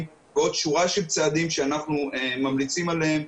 ועוד שורה של צעדים שאנחנו ממליצים עליהם.